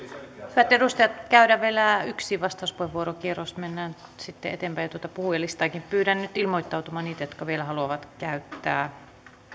hyvät edustajat käydään vielä yksi vastauspuheenvuorokierros mennään sitten eteenpäin jo tuota puhujalistaakin pyydän nyt niitä ilmoittautumaan jotka vielä haluavat käyttää